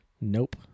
Nope